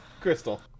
Crystal